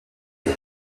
est